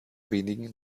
wenigen